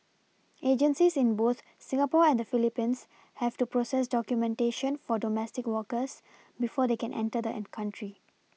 agencies in both Singapore and the PhilipPines have to process documentation for domestic workers before they can enter the an country